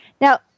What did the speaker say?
Now